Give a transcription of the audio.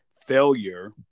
failure